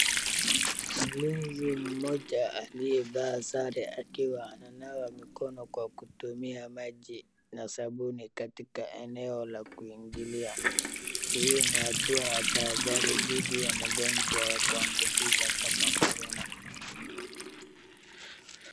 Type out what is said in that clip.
Mlinzi mmoja aliyevaa sare akiwa ananawa mikono kwa kutumia maji na sabuni katika eneo la kuingilia, hii ni hatua ya tahadhari dhidi ya magonjwa ya kuambukiza kama Corona.